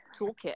toolkit